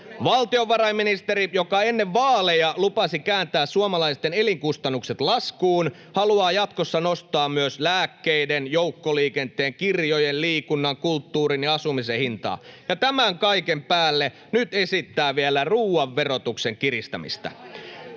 Valtiovarainministeri, joka ennen vaaleja lupasi kääntää suomalaisten elinkustannukset laskuun, haluaa jatkossa nostaa myös lääkkeiden, joukkoliikenteen, kirjojen, liikunnan, kulttuurin ja asumisen hintaa. Ja tämän kaiken päälle nyt esittää vielä ruuan verotuksen kiristämistä.